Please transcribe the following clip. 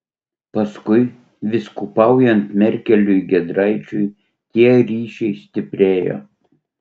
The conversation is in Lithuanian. paskui vyskupaujant merkeliui giedraičiui tie ryšiai stiprėjo